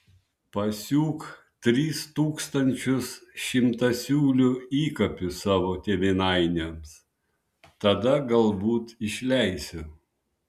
pasiūk tris tūkstančius šimtasiūlių įkapių savo tėvynainiams tada galbūt išleisiu